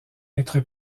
être